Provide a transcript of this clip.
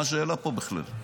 מה השאלה פה בכלל?